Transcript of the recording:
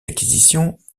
acquisitions